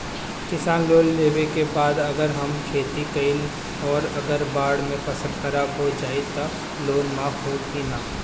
किसान लोन लेबे के बाद अगर हम खेती कैलि अउर अगर बाढ़ मे फसल खराब हो जाई त लोन माफ होई कि न?